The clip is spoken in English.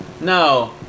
No